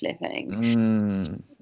living